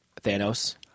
Thanos